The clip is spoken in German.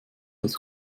dass